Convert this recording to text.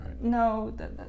No